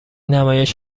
نمایش